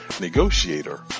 Negotiator